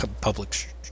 public